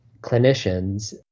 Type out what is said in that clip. clinicians